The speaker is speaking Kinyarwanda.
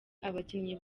abakinnyi